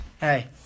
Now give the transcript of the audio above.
Hey